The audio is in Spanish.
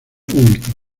únicos